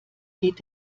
geht